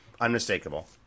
unmistakable